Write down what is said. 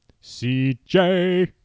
C-J